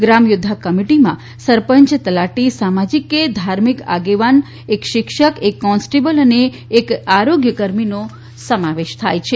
ગ્રામ યોદ્ધા કમિટીમાં સરપંચ તલાટી સામાજિક કે ધાર્મિક આગેવાન એક શિક્ષકે એક કોન્સ્ટેબલ અને એક આરોગ્ય કર્મીનો સમાવેશ કર્યો હતો